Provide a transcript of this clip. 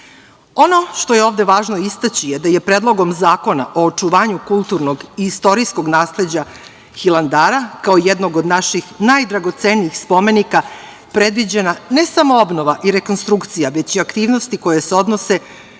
što je ovde važno istaći je da je Predlogom zakona o očuvanju kulturnog i istorijskog nasleđa Hilandara kao jednog od naših najdragocenijih spomenika predviđena ne samo obnova i rekonstrukcija, već i aktivnosti koje se odnose